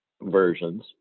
versions